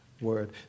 word